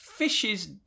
Fishes